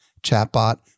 chatbot